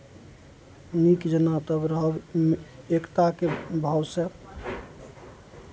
नीक जेना तऽ रहब एकताके भावसँ